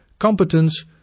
competence